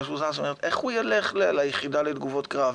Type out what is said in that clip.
איך הוא ילך ליחידה לתגובות קרב?